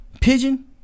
Pigeon